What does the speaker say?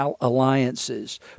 alliances